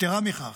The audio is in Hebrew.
יתרה מכך.